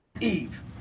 Eve